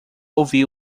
ouvir